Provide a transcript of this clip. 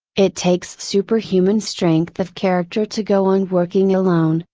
it takes super human strength of character to go on working alone,